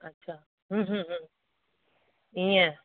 अच्छा हूं हूं हूं इअं